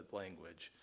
language